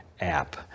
app